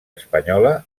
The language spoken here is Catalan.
espanyola